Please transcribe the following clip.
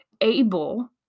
able